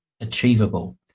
achievable